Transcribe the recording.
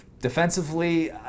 defensively